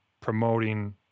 promoting